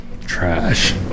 Trash